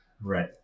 Right